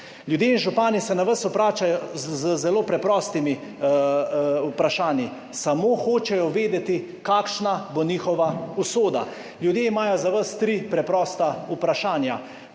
Ljudje in župani se na vas obračajo z zelo preprostimi vprašanji, samo hočejo vedeti, kakšna bo njihova usoda. Ljudje imajo za vas tri preprosta vprašanja.